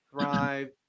Thrive